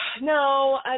No